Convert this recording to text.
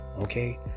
okay